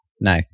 no